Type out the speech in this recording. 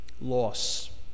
loss